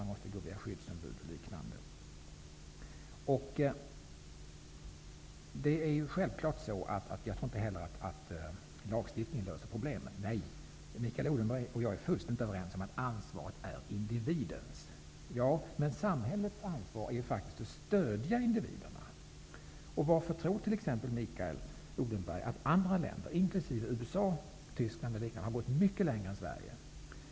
Man måste gå via skyddsombud o.d. Självfallet tror inte jag heller att lagstiftning löser problemen. Mikael Odenberg och jag är fullständigt överens om att ansvaret är individens. Men samhällets ansvar är faktiskt att stödja individerna. Varför har man, tror Mikael Odenberg, gått mycket längre i det här avseendet i andra länder, t.ex. i USA och i Tyskland, än i Sverige?